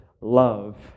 love